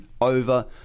over